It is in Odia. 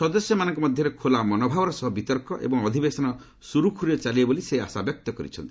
ସଦସ୍ୟମାନଙ୍କ ମଧ୍ୟରେ ଖୋଲା ମନୋଭାବର ସହ ବିତର୍କ ଏବଂ ଅଧିବେଶନ ସୁରୁଖୁରୁରେ ଚାଲିବ ବୋଲି ସେ ଆଶାବ୍ୟକ୍ତ କରିଛନ୍ତି